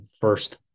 first